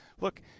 look